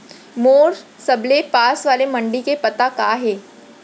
मोर सबले पास वाले मण्डी के पता का हे?